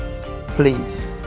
Please